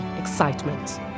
excitement